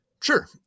Sure